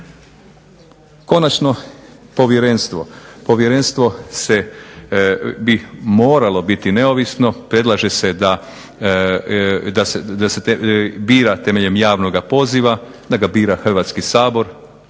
Konačno povjerenstvo. Povjerenstvo bi moralo biti neovisno. Predlaže se da se bira temeljem javnoga poziva, da ga bira Hrvatski sabor.